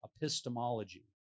Epistemology